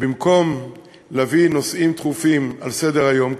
במקום להביא נושאים דחופים על סדר-היום,